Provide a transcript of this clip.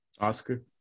Oscar